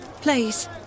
Please